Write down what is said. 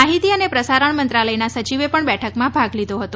માહિતી અને પ્રસારણ મંત્રાલયના સચિવે પણ બેઠકમાં ભાગ લીધો હતો